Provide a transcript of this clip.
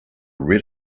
read